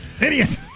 Idiot